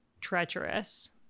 treacherous